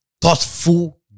thoughtful